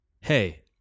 Hey